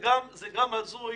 גם הזוי.